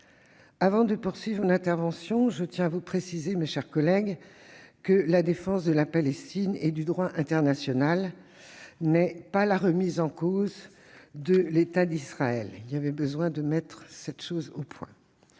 Avant de poursuivre mon intervention, je tiens à vous préciser, mes chers collègues, que la défense de la Palestine et du droit international n'est pas la remise en cause de l'État d'Israël. Cette mise au point